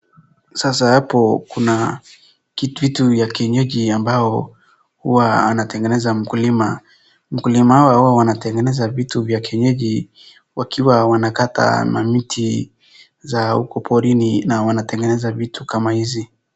Sasa hapo kuna kitu ya kienyeji ambao huwa anatengeza mkulima. Mkulima hawa huwa wanatengeza vitu vya kienyeji wakiwa wanakata mamiti za huko porini na wanatengeza vitu kama hizi.